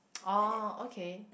oh okay